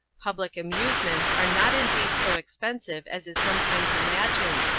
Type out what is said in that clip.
public amusements are not indeed so expensive as is sometimes imagined,